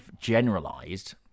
generalized